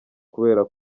kubera